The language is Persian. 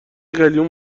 قلیون